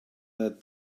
that